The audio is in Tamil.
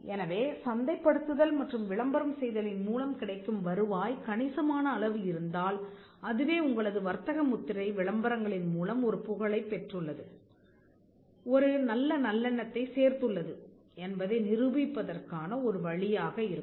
எனவே சந்தைப்படுத்துதல் மற்றும் விளம்பரம் செய்தலின் மூலம் கிடைக்கும் வருவாய் கணிசமான அளவு இருந்தால் அதுவே உங்களது வர்த்தக முத்திரை விளம்பரங்களின் மூலம் ஒரு புகழைப் பெற்றுள்ளது ஒரு நல்ல நல்லெண்ணத்தைச் சேர்த்துள்ளது என்பதை நிரூபிப்பதற்கான ஒரு வழியாக இருக்கும்